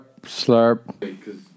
Slurp